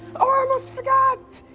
almost forgot!